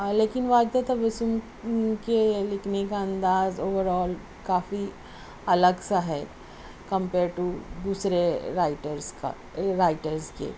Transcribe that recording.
لیکن واجدہ تبسم کے لکھنے کا انداز اُوور آل کافی الگ سا ہے کمپیئر ٹو دوسرے رائٹرس کا رائٹرس کے